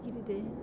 कितें तें